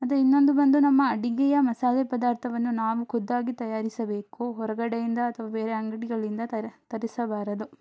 ಮತ್ತು ಇನ್ನೊಂದು ಬಂದು ನಮ್ಮ ಅಡಿಗೆಯ ಮಸಾಲೆ ಪದಾರ್ಥವನ್ನು ನಾವು ಖುದ್ದಾಗಿ ತಯಾರಿಸಬೇಕು ಹೊರಗಡೆಯಿಂದ ಅಥವಾ ಬೇರೆ ಅಂಗಡಿಗಳಿಂದ ತರಿ ತರಿಸಬಾರದು